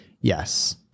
yes